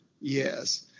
Yes